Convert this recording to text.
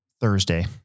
Thursday